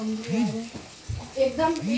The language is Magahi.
भारत में हुंडी बहुते नामी रहै